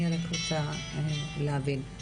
אני רוצה להבין,